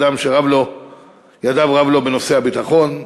אדם שידיו רב לו בנושא הביטחון.